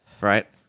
right